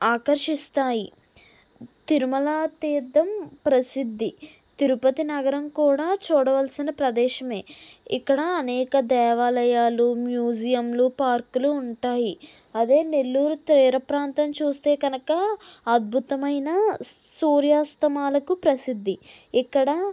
ఆకర్షిస్తాయి తిరుమల తీర్థం ప్రసిద్ధి తిరుపతి నగరం కూడా చూడవలసిన ప్రదేశమే ఇక్కడ అనేక దేవాలయాలు మ్యూజియంలు పార్కులు ఉంటాయి అదే నెల్లూరు తీర ప్రాంతం చూస్తే కనక అద్భుతమైన సూర్యాస్తమాలకు ప్రసిద్ధి ఇక్కడ